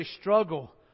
struggle